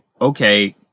okay